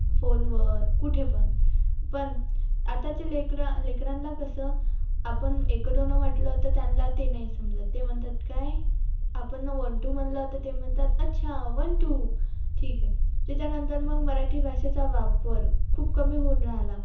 फोनवर कुठे पण पण आताची लेकरं लेकरांना कसं आपण एकं दोनं म्हटलं तर त्यांला ते नाही समजत ते म्हणतात काय आपण ना वन टू म्हणलं तर ते म्हणतात अच्छा वन टू ठीक आहे त्याच्यानंतर मग मराठी भाषेचा वापर खूप कमी होऊन राहिला